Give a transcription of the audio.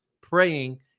praying